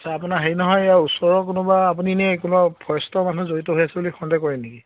আচ্ছা আপোনাৰ হেৰি নহয় ইয়াৰ ওচৰৰ কোনোবা আপুনি এনে কোনোবা ফৰেষ্টৰ মানুহ জড়িত হৈ আছে বুলি সন্দেহ কৰে নেকি